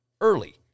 early